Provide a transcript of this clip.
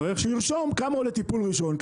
שירשום כמה עולה טיפול ראשון,